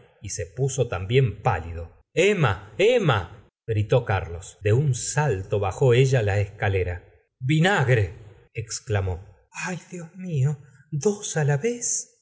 y se puso también pálido emma emma gritó carlos de un salto bajó ella la escalera vinagretexclamó h dios mío dos la vez